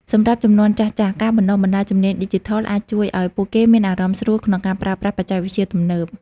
សម្រាប់ជំនាន់ចាស់ៗ ការបណ្តុះបណ្តាលជំនាញឌីជីថលអាចជួយឱ្យពួកគេមានអារម្មណ៍ស្រួលក្នុងការប្រើប្រាស់បច្ចេកវិទ្យាទំនើប។